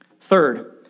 Third